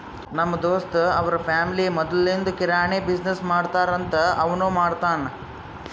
ನಮ್ ದೋಸ್ತ್ ಅವ್ರ ಫ್ಯಾಮಿಲಿ ಮದ್ಲಿಂದ್ ಕಿರಾಣಿ ಬಿಸಿನ್ನೆಸ್ ಮಾಡ್ತಾರ್ ಅಂತ್ ಅವನೂ ಮಾಡ್ತಾನ್